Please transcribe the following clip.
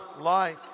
life